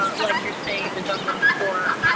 like you're saying, the dublin core,